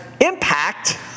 impact